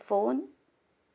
phone